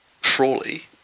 Frawley